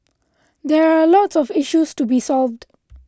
there are lots of issues to be solved